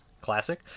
Classic